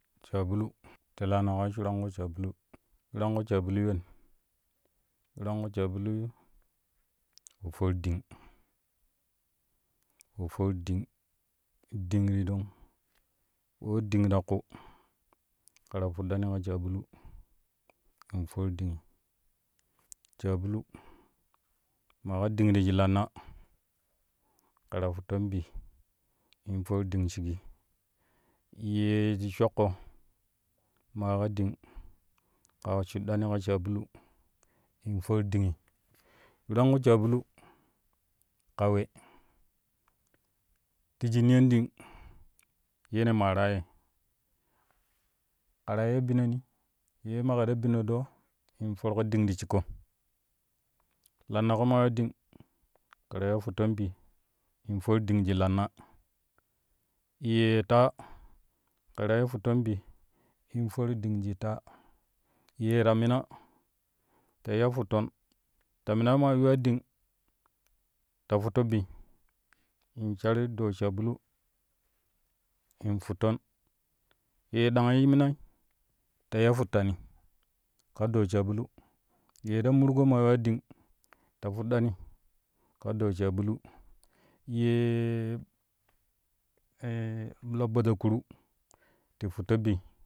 Sabulu telaano ka suran ku sabulu shuran ku sabuli wen shuran ƙu sabuli for ɗing wo for ɗing ɗing ti tong? Koo ɗing ta ƙu kɛ ta fuɗɗani ka sabulu kɛn for ɗingi sabulu maa ka ɗing te shik lanna kɛ fa tutton bi kɛn for ɗing shigi yee shi shoƙƙo maa ka ɗing kaa shuɗɗani ka sabulu in for ɗingi suran ƙu sabulu ka wei ti shik niyan ding yene maara ye, ka ta iya binani ye maƙa ta bino doo forƙo ɗing ti shikko lannaƙo maa yuwa ɗing kɛ ta iya futto bi in for ɗing shik lanna yee taa kɛ ta iya futton bi in for ɗing shi taa yee ta mina ta iya futton ta minai maa yuwa ɗing ta futto bi in shar doo sabulu in futton yee dangi shi mina ta iya futtani ka doo sabulu ye ta murgo maa yuwaa ɗing ta fuɗɗani ka doo sabulu yee la bajakuru ti futlo bi.